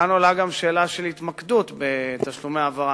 כאן עולה גם שאלה של התמקדות בתשלומי ההעברה,